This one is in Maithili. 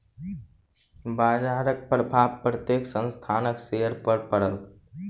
बजारक प्रभाव प्रत्येक संस्थानक शेयर पर पड़ल